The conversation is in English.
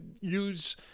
use